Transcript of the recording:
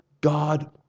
God